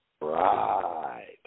Right